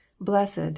Blessed